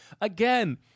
again